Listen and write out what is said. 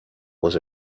was